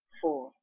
four